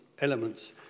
elements